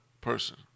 person